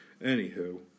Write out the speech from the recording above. Anywho